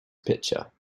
picture